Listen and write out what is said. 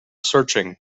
searching